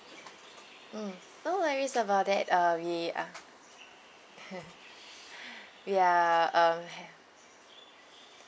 mm no worries about that uh we are we are um have